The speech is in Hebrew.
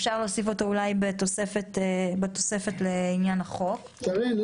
אפשר להוסיף אולי בתוספת לעניין החוק --- שרן,